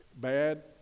Bad